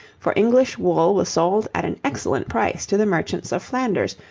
for english wool was sold at an excellent price to the merchants of flanders,